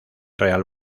real